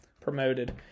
promoted